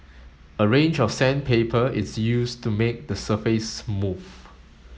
a range of sandpaper is used to make the surface smooth